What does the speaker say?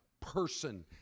person